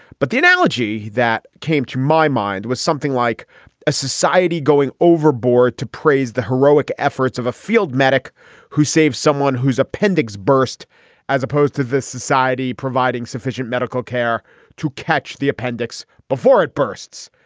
but the analogy that came to my mind was something like a society going overboard to praise the heroic efforts of a field medic who saved someone whose appendix burst as opposed to the society providing sufficient medical care to catch the appendix before it bursts.